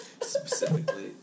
Specifically